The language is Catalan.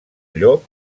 llop